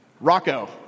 Rocco